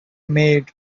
maid